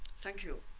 thank you